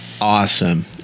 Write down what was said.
Awesome